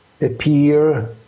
appear